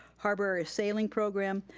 harbor sailing program,